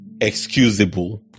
excusable